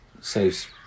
saves